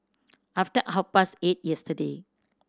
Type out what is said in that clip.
after half past eight yesterday